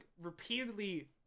repeatedly